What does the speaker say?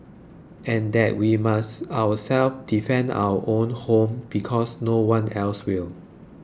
and that we must ourselves defend our own home because no one else will